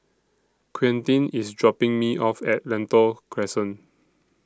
Quintin IS dropping Me off At Lentor Crescent